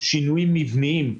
שינויים מבניים,